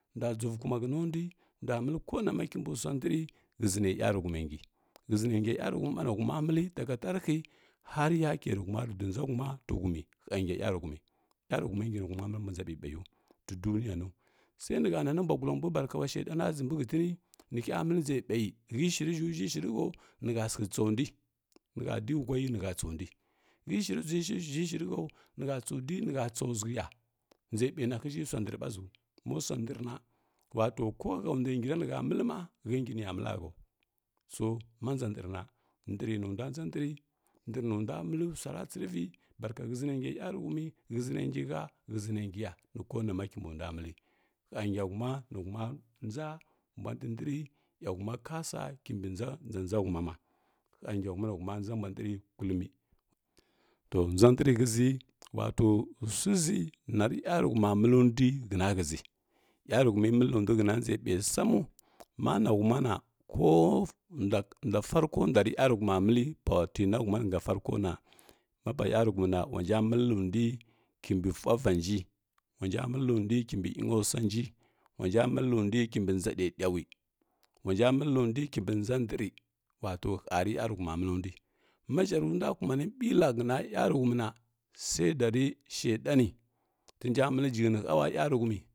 Ndua givukoma hənondui ndua məli kona ma mbusua ndar ghəʒi ne yaruhuma ngi shəʒi na nga yaruhumi mba nihuma məli daga tdarhi har yake nihuma rudunʒahuma ti humi hənga yərihumi, yazuhuman ngi ni huma nʒambi nʒa ɓiɓuiyu ti duniyanau. Sai nihə nani bulagula mbui baakaula shedan a gimbi hətini nihə məli nʒe ɓayi həi shiri hə ʒhəi shiri hau nihə sikhə tsondui nihə diyi hwagi nihə tsondui həi shiri zhəu ʒhəi shiri hau nihə tsu di nihə tsau zushya nʒe ɓa nahəʒhi sua ndrɓa ʒiu mosua ndrna wato kohəndua ngira nihə məlima həngi niya məla hau so ma nʒa ndrna ndri nundua nja ndri, ndənundua məlisua ratsirivi barha ghəʒinangu yaruhumi ghəʒi ne ngi hə ghəʒ ne ngiya ni konama kimbundua məli hə nga huma nihuma nʒa mba nɗindri eha huma kasa kimbi nʒa nəa nʒahumuma hə nga huma kasa kimbi nʒa nəa nʒahumuma hə nga huma ni huma nʒa mbula ndri kullumi to nʒa ndri ghəʒi wato suiʒi nari yazuhu ma məlundui həno həʒi yaruhumi məlundui həna nʒa ɓai samu mana humana kod ndua ndua sarko nduari yazuhuma məli pa tinatuman sa farko na mapa yaruhumi na wanja məli ndui kimbi fhəvanji ulansa məlundui kimbi inosuanji ulanja məlindui kimbi nʒa ɗeɗau wanja məlundui kimbi nʒa ndri wato hari yaruhama məlindui maʒerundua kumani ɓila həna yaruhamina wati saida re shedan tinja məli jighni hula ka yaruhumi.